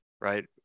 right